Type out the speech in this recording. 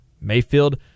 Mayfield